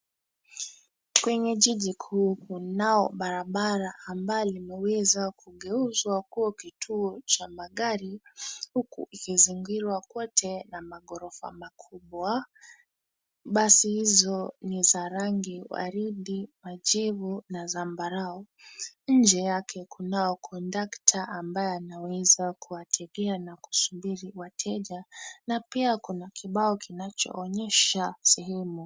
Kwenye jiji kuu kunao barabara ambalo limeweza kugeuzwa kuwa kituo cha magari huku ikizingirwa kwote na maghorofa makubwa. Basi hizo ni za rangi gwaride, majivu na zambarau. Nje yake kunao kondakta ambaye anaweza kuwategea na kusubiri wateja na pia kuna kibao kinachoonyesha sehemu.